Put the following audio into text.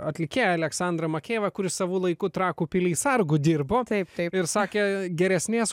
atlikėją aleksandrą makejevą kuris savo laiku trakų pily sargu dirbo taip taip ir sakė geresnės